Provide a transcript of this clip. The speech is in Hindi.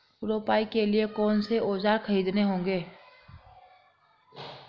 रोपाई के लिए कौन से औज़ार खरीदने होंगे?